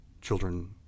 Children